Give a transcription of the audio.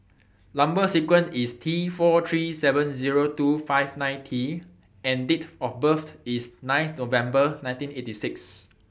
Number sequence IS T four three seven Zero two five nine T and Date of birth IS nine November nineteen eighty six